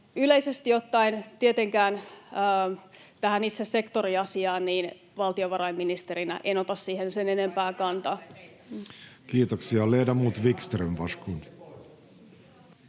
Yleisesti ottaen tietenkään tähän itse sektoriasiaan en valtiovarainministerinä ota sen enempää kantaa. [Annika Saarikko: Paitsi